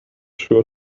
sure